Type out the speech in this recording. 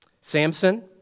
Samson